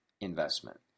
investment